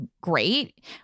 great